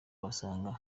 wasanga